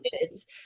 kids